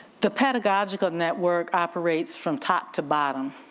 the pedagogical network operates from top to bottom.